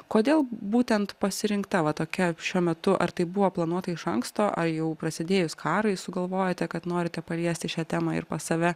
kodėl būtent pasirinkta va tokia šiuo metu ar tai buvo planuota iš anksto ar jau prasidėjus karui sugalvojote kad norite paliesti šią temą ir pas save